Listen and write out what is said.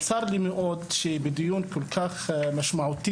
שצר לי מאוד שבדיון כל כך משמעותי,